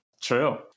true